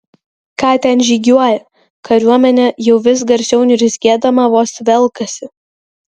ką ten žygiuoja kariuomenė jau vis garsiau niurzgėdama vos velkasi